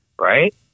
right